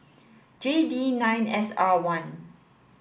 J D nine S R one